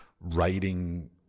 writing